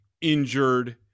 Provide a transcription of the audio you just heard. injured